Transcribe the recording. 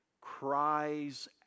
cries